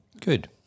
Good